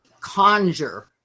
conjure